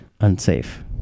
unsafe